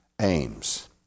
aims